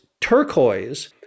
turquoise